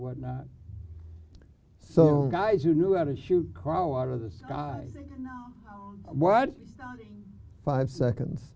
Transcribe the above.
whatnot so guys who knew how to shoot crawl out of the sky what five seconds